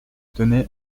tenez